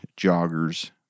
joggers